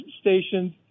stations